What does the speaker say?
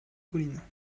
colline